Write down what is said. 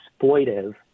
exploitive